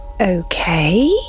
okay